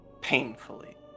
painfully